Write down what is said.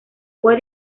fue